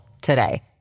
today